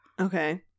Okay